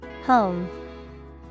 Home